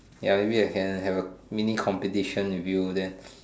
ya maybe I can have a mini competition with you then